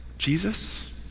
Jesus